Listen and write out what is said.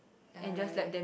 ya right